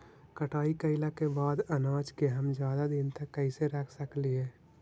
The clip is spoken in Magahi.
कटाई कैला के बाद अनाज के हम ज्यादा दिन तक कैसे रख सकली हे?